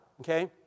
okay